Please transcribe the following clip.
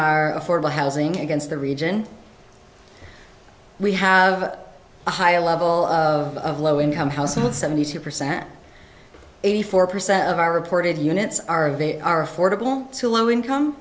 our affordable housing against the region we have a high level of low income households seventy two percent eighty four percent of our reported units are they are affordable to low income